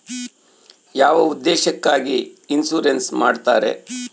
ಯಾವ ಉದ್ದೇಶಕ್ಕಾಗಿ ಇನ್ಸುರೆನ್ಸ್ ಮಾಡ್ತಾರೆ?